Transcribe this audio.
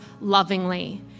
lovingly